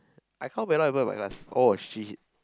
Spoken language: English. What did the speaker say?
I kao pei a lot of people in my class oh shit